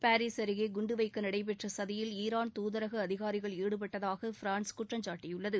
Paris அருகே குண்டுவைக்க நடைபெற்ற சதியில் ஈரான் தாதரக அதிகாரிகள் ஈடுபட்டதாக பிரான்ஸ் குற்றம் சாட்டியுள்ளது